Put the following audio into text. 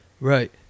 Right